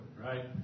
Right